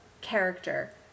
character